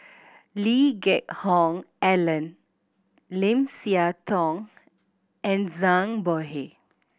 Lee Geck Hoon Ellen Lim Siah Tong and Zhang Bohe